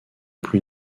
plus